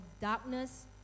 darkness